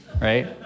right